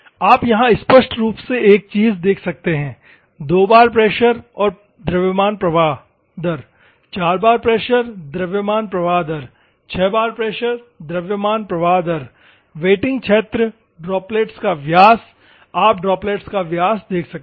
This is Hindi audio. और आप यहां स्पष्ट रूप से एक चीज़ देख सकते हैं 2 बार प्रेशर और द्रव्यमान प्रवाह दर 4 बार प्रेशर और द्रव्यमान प्रवाह दर 6 बार प्रेशर और द्रव्यमान प्रवाह दर वेटिंग क्षेत्र ड्रॉप्लेट्स का व्यास आप ड्रॉप्लेट्स का व्यास देख सकते हैं